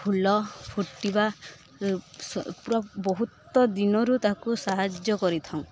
ଫୁଲ ଫୁଟିବା ପୁରା ବହୁତ ଦିନରୁ ତାକୁ ସାହାଯ୍ୟ କରିଥାଉଁ